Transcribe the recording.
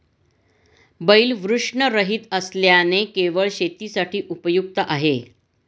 बैल वृषणरहित असल्याने केवळ शेतीसाठी उपयुक्त आहे